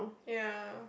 ya